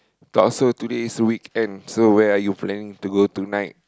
talk so today is weekend so where are you planning to go tonight